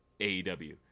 AEW